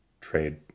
trade